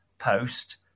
post